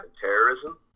terrorism